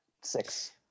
six